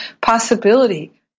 possibility